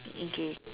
okay